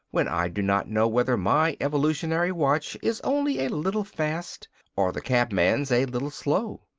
when i do not know whether my evolutionary watch is only a little fast or the cabman's a little slow?